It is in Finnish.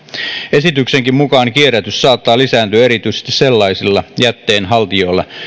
esityksenkin mukaan kierrätys saattaa lisääntyä erityisesti sellaisilla jätteen haltijoilla